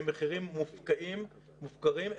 מחירים מופקעים ומופקרים,